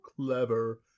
clever